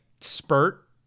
spurt